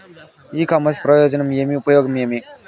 ఇ commerce ప్రయోజనం ఏమి? ఉపయోగం ఏమి?